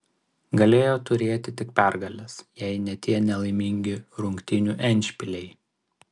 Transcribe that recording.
galėjo turėti tik pergales jei ne tie nelaimingi rungtynių endšpiliai